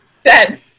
dead